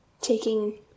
taking